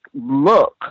look